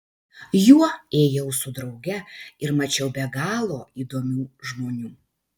juo ėjau su drauge ir mačiau be galo įdomių žmonių